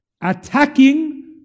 attacking